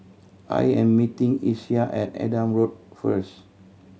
I am meeting Isiah at Adam Road first